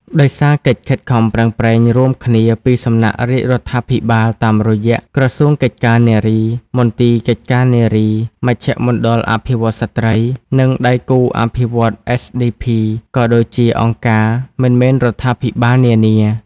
ដោយសារកិច្ចខិតខំប្រឹងប្រែងរួមគ្នាពីសំណាក់រាជរដ្ឋាភិបាលតាមរយៈ ក្រសួងកិច្ចការនារី មន្ទីរកិច្ចការនារី មជ្ឈមណ្ឌលអភិវឌ្ឍន៍ស្ត្រី និងដៃគូអភិវឌ្ឍន៍ SDP ក៏ដូចជាអង្គការមិនមែនរដ្ឋាភិបាលនានា។